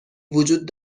وجود